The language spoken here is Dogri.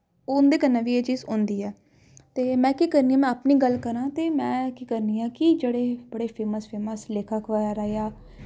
उं'दे कन्नै बी एह् चीज़ होंदी ऐ ते में केह् करनी में अपनी गल्ल करांऽ ते में केह् करनी आं कि जेह्ड़े बड़े फेमस फेमस लेखक बगैरा जां